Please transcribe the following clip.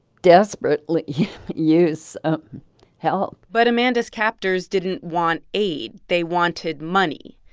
desperately use help but amanda's captors didn't want aid. they wanted money.